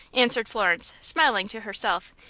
answered florence, smiling to herself,